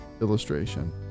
illustration